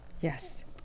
Yes